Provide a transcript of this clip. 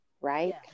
Right